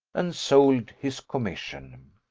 and sold his commission.